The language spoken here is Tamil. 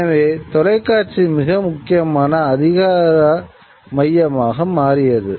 எனவே தொலைக்காட்சி மிக முக்கியமான அதிகார மையமாக மாறியது